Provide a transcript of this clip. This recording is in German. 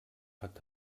hat